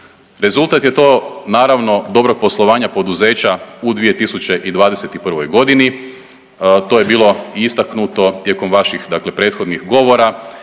Rezultat je to naravno dobrog poslovanja poduzeća u 2021. godini. To je bilo i istaknuto tijekom vaših dakle prethodnih govora